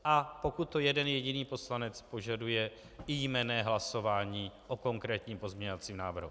A pokud to jeden jediný poslanec požaduje, i jmenné hlasování o konkrétním pozměňovacím návrhu.